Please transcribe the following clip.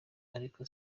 ariko